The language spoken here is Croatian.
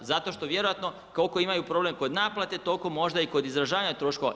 Zato što vjerojatno koliko imaju problem kod naplate, toliko možda i kod izražavanja troškova.